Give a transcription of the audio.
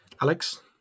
Alex